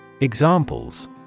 Examples